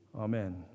Amen